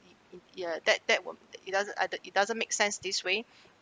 ya that that was it doesn't uh it doesn't make sense this way